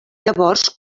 llavors